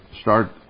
start